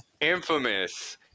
Infamous